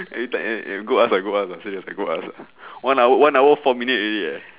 are you tired eh go ask ah go ask ah serious I go ask uh one hour one hour four minute already eh